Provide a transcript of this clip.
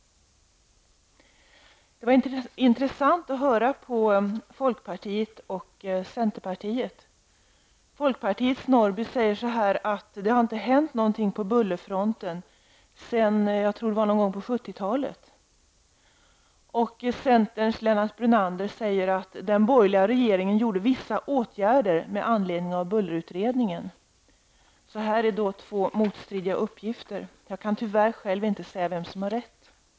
Det var intressant att lyssna till folkpartiets och centerpartiets företrädare. Folkpartiets Sören Norrby sade att det inte har hänt någonting på bullerfronten sedan någon gång på 70-talet, tror jag att det var. Centerpartiets Lennart Brunander sade att den borgerliga regeringen vidtog vissa åtgärder med anledning av bullerutredningen. Här står två uppgifter mot varandra. Jag kan tyvärr inte säga vem som har rätt.